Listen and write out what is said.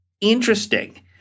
interesting